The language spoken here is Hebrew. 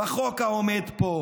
בחוק העומד פה,